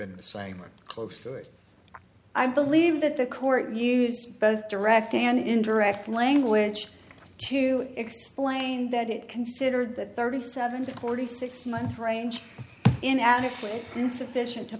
are the same or close to it i believe that the court use both direct and indirect language to explain that it considered the thirty seven to forty six month range in ad if insufficient to